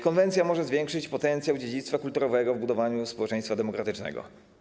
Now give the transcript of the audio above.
Konwencja może zwiększyć potencjał dziedzictwa kulturowego w budowaniu społeczeństwa demokratycznego.